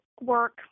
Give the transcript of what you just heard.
work